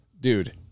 Dude